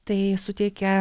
tai suteikia